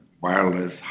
wireless